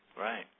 right